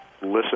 listen